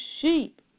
sheep